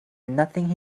nothing